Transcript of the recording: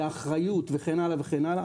לאחריות וכן הלאה וכן הלאה.